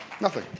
nothing.